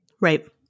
right